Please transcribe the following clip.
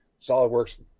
SolidWorks